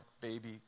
baby